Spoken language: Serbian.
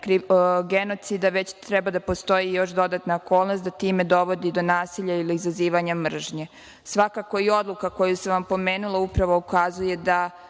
genocida, već treba da postoji još dodatna okolnost da time dovodi do nasilja ili izazivanja mržnje. Svakako i odluka koju sam vam pomenula, upravo ukazuje da